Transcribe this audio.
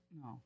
no